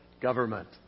government